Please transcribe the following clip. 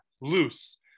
loose